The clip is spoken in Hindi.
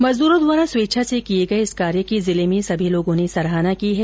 मजदूरों द्वारा स्वेच्छा से किए गए इस कार्य की जिले मे सभी लोगों ने सराहना की है